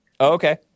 Okay